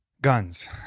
guns